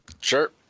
Sure